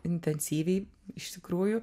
intensyviai iš tikrųjų